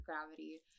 gravity